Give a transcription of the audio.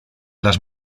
las